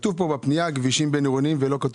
כתוב פה בפנייה "כבישים בין-עירוניים" ולא כתוב